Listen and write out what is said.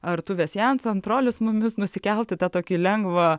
ar tuvės janson trolius mumius nusikelt į tą tokį lengvą